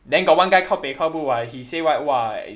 then got one guy kao pei kao bu [what] he say what !wah! eh